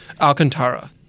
Alcantara